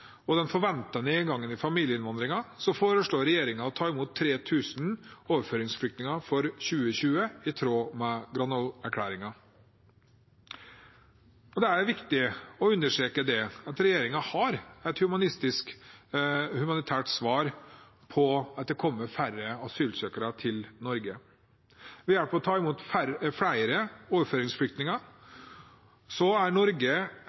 og den forventede nedgangen i familieinnvandringen foreslår regjeringen å ta imot 3 000 overføringsflyktninger for 2020, i tråd med Granavolden-erklæringen. Det er viktig å understreke at regjeringen har et humanitært svar på at det kommer færre asylsøkere til Norge. Ved å ta imot flere overføringsflyktninger er Norge